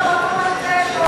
נזכרו, ?